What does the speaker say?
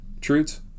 Truths